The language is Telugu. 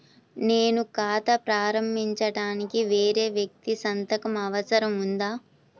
నేను ఖాతా ప్రారంభించటానికి వేరే వ్యక్తి సంతకం అవసరం ఉందా?